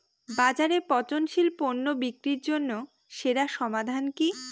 বাজারে পচনশীল পণ্য বিক্রির জন্য সেরা সমাধান কি?